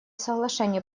соглашения